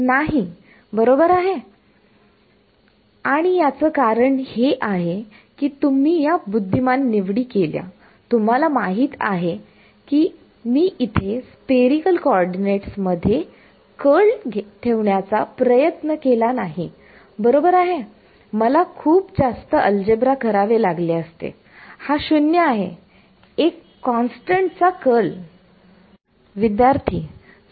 नाही बरोबर आहे आणि याचं कारण हे आहे की तुम्ही या बुद्धिमान निवडी केल्या तुम्हाला माहित आहे की मी इथे स्फेरीकल कॉर्डीनेट्स मध्ये कर्ल ठेवण्याचा प्रयत्न केला नाही बरोबर आहे मला खूप जास्त अल्जेब्रा करावे लागले असते हा 0 आहे एका कॉन्स्टंट चा कर्ल